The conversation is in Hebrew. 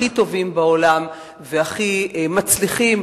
הכי טובים בעולם והכי מצליחים.